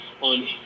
on